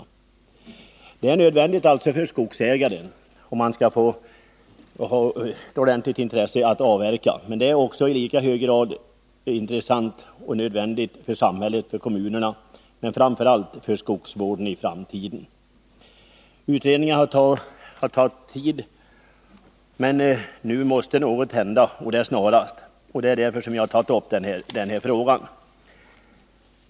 Detta är nödvändigt för att skogsägarna skall få ett ordentligt intresse av att avverka, men det är i lika hög grad nödvändigt för samhället, kommunerna och framför allt skogsvården i framtiden. Åtgärder har tagit tid, men nu måste något hända, och det snarast. Det är därför jag har aktualiserat den här frågan.